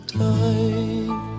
time